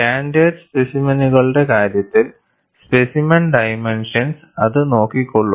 standard സ്പെസിമെനുകളുടെ കാര്യത്തിൽ specimen dimensions അത് നോക്കികൊള്ളും